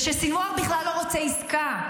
שסנוואר בכלל לא רוצה עסקה.